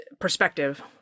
perspective